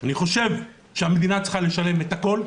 אני חושב שהמדינה צריכה לשלם את הכול.